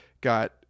got